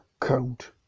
count